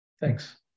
Thanks